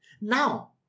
Now